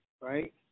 right